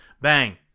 Bang